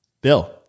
Bill